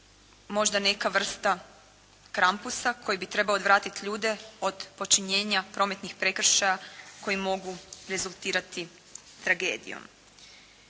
Možda neka vrsta krampusa koji bi trebao odvratiti ljude od počinjenja prometnih prekršaja koji mogu rezultirati tragedijom.